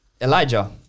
Elijah